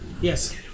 Yes